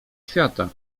świata